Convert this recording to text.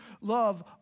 love